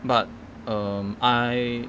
but um I